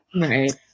Right